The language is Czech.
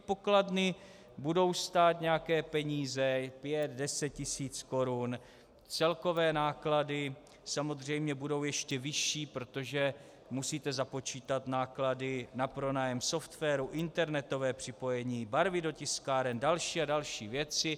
Pokladny budou stát nějaké peníze, 5 až 10 tisíc Kč, celkové náklady samozřejmě budou ještě vyšší, protože musíte započítat náklady na pronájem softwaru, internetové připojení, barvy do tiskáren, další a další věci.